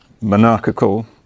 monarchical